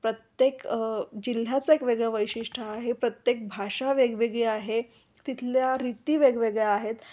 प्रत्येक जिल्ह्याच एक वेगळं वैशिष्ट्य आहे प्रत्येक भाषा वेगवेगळी आहे तिथल्या रीती वेगवेगळ्या आहेत